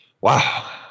Wow